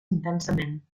intensament